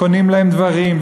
קונים להם דברים,